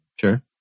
Sure